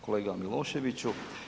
Kolega Miloševiću.